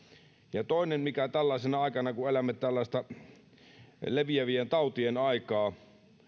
ja toinen asia mikä ihmetyttää kun elämme tällaista leviävien tautien aikaa